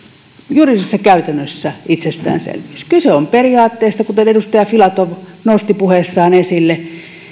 juridisessa käytännössä itsestäänselvyys kyse on periaatteesta kuten edustaja filatov nosti puheessaan esille